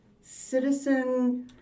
citizen